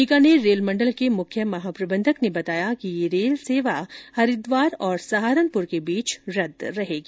Bikaner rail मंडल के मुख्य महाप्रबंधक ने बताया कि ये रेल सेवा हरिद्वार और सहारनपुर के बीच रदद रहेगी